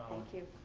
thank you.